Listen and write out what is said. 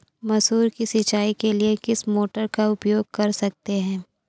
मसूर की सिंचाई के लिए किस मोटर का उपयोग कर सकते हैं?